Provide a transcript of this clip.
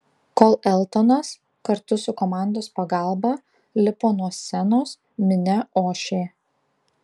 kol eltonas kartu su komandos pagalba lipo nuo scenos minia ošė